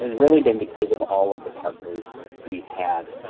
really been because of all of the partners we've had